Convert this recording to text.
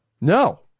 No